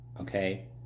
okay